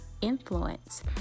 influence